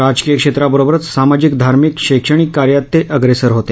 राजकीय क्षेत्राबरोबरच सामाजिक धार्मिक शैक्षणिक कार्यात ते अग्रेसर होते